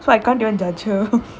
so I can't even judge her